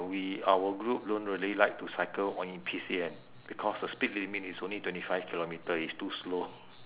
we our group don't really like to cycle on new P_C_N because the speed limit is only twenty five kilometre is too slow